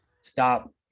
Stop